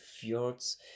fjords